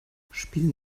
spielen